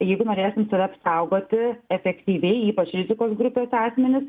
jeigu norėsim save apsaugoti efektyviai ypač rizikos grupės asmenis